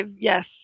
Yes